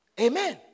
Amen